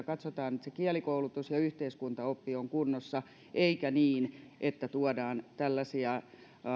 katsotaan että se kielikoulutus ja ja yhteiskuntaoppi on kunnossa eikä niin että tuodaan tällaisia